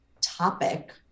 topic